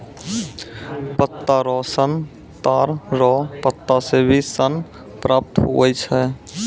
पत्ता रो सन ताड़ रो पत्ता से भी सन प्राप्त हुवै छै